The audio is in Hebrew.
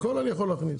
הכול אני יכול להכניס.